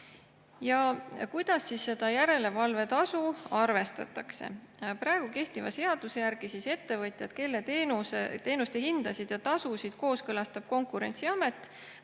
Kuidas seda järelevalvetasu arvestatakse? Kehtiva seaduse järgi ettevõtjad, kelle teenuste hindasid ja tasusid kooskõlastab Konkurentsiamet,